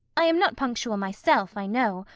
i am not punctual myself, i know,